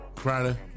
Friday